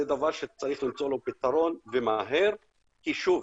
שזה דבר שצריך למצוא לו פתרון ומהר כי שוב,